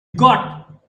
got